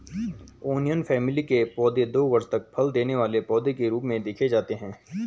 onion family के पौधे दो वर्ष तक फल देने वाले पौधे के रूप में देखे जाते हैं